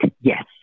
Yes